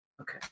okay